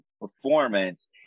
performance